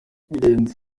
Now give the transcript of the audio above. birenze